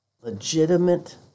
Legitimate